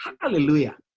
Hallelujah